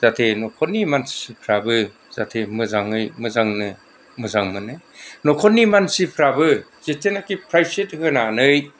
जाथे न'खरनि मानथिफ्राबो जाथे मोजाङै मोजांनो मोजां मोनो न'खरनि मानसिफ्राबो जिथिनाखि प्रायसित होनानै